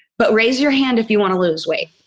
but raise your hand if you want to lose weight.